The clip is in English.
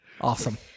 Awesome